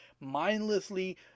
mindlessly